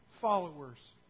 followers